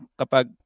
kapag